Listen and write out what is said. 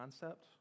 concept